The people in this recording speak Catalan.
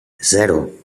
zero